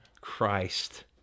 Christ